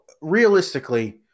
realistically